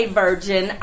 virgin